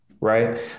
Right